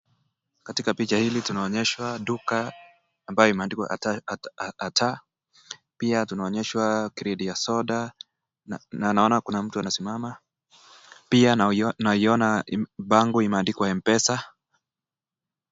Katika picha hili tunaonyeshwa duka ambayo imeandikwa Katah, pia tunaonyeshwa kreti ya soda, na tunaona mtu amesimama. Pia naiyona bango imeandikwa M-pesa.